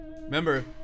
Remember